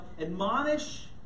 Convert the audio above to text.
admonish